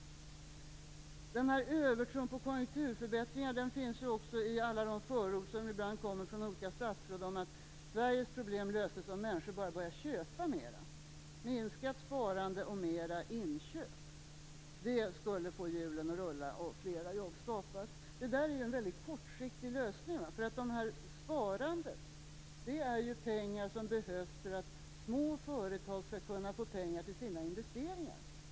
Den här övertron på konjunkturförbättringar finns också i alla de förord som ibland kommer från olika statsråd om att Sveriges problem löses om människor bara börjar köpa mer. Minskat sparande och mer inköp skulle få hjulen att snurra. Då skulle fler jobb skapas. Det är en väldigt kortsiktig lösning. Sparandet ger ju pengar som behövs för att små företag skall kunna få pengar till sina investeringar.